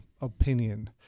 opinion